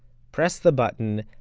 pressed the button,